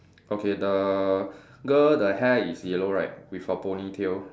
okay the girl the hair is yellow right with a ponytail